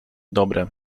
dobry